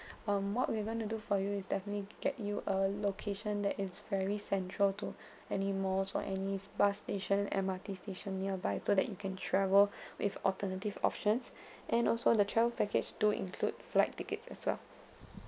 um what we're gonna do for you is definitely get you a location that is very central to any malls or any bus station M_R_T station nearby so that you can travel with alternative options and also the travel package do include flight tickets as well